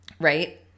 right